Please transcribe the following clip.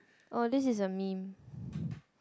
oh this is a meme